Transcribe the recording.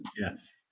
yes